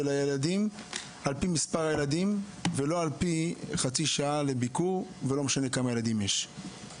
הילדים על פי מספר הילדים ולא על פי חצי שעה לביקור ולא משנה כמה ילדים יש.